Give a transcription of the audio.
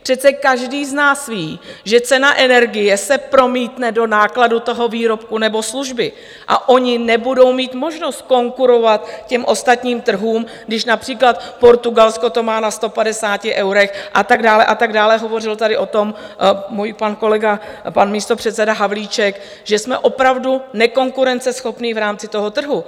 Přece každý z nás ví, že cena energie se promítne do nákladu toho výrobku nebo služby, a ony nebudou mít možnost konkurovat těm ostatním trhům, když například Portugalsko to má na 150 eurech, a tak dále, a tak dále, hovořil tady o tom můj kolega pan místopředseda Havlíček, že jsme opravdu nekonkurenceschopní v rámci toho trhu.